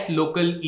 local